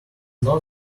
not